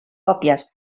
còpies